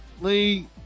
Lee